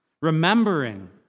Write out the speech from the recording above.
Remembering